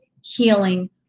healing